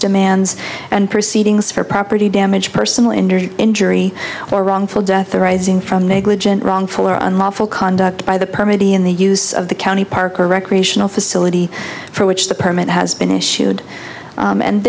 demands and proceedings for property damage personal injury injury or wrongful death arising from negligent wrongful or unlawful conduct by the permit in the use of the county park or recreational facility for which the permit has been issued